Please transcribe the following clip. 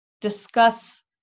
discuss